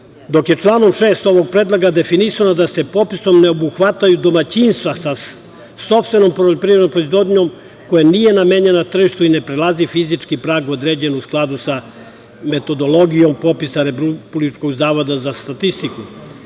Članom 6. ovog predloga je definisano da se popisom ne obuhvataju domaćinstava sa sopstvenom poljoprivrednom proizvodnjom, a koja nije namenjena tržištu i ne prelazi fizički prag određen u skladu sa metodologijom popisa Republičkog zavoda za statistiku,